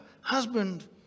husband